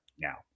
now